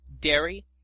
dairy